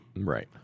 right